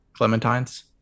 clementines